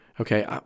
okay